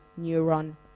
neuron